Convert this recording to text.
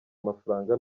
amafaranga